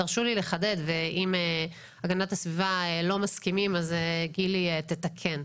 תרשו לי לחדד ואם הגנת הסביבה לא מסכימים אז גילי תתקן.